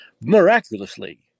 miraculously